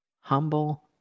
humble